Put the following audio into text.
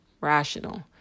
rational